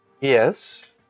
Yes